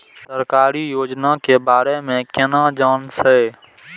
सरकारी योजना के बारे में केना जान से?